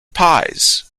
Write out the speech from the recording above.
pies